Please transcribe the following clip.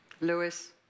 Lewis